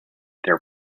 their